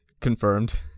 Confirmed